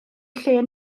lle